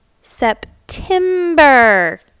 September